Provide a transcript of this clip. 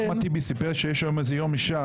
אחמד טיבי סיפר שיש היום איזה יום אישה